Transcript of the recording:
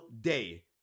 day